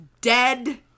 dead